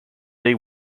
day